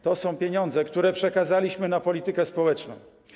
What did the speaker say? To są pieniądze, które przekazaliśmy na politykę społeczną.